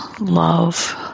love